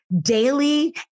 daily